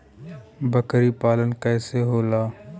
बकरी पालन कैसे होला?